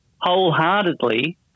wholeheartedly